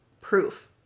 proof